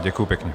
Děkuji pěkně.